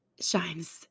shines